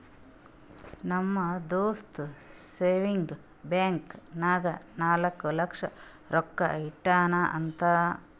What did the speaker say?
ನಮ್ ದೋಸ್ತ savings bank ನಾಗ್ ನಾಲ್ಕ ಲಕ್ಷ ರೊಕ್ಕಾ ಇಟ್ಟಾನ್ ಅಂತ್